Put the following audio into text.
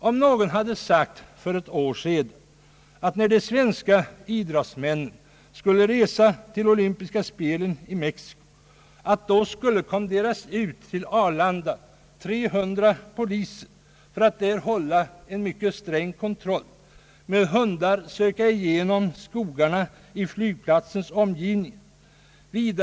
Om någon för bara ett år sedan hade sagt, att när de svenska idrottsmännen skulle resa till olympiska spelen i Mexico så skulle det kommenderas ut 300 poliser till Arlanda för att där hålla en mycket sträng kontroll, med hundar söka igenom skogarna i flygplatsens omgivning, skulle han inte blivit trodd.